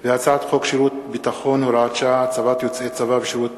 הצעת חוק שירות ביטחון (הוראת שעה) (הצבת יוצאי צבא בשירות בתי-סוהר)